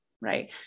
right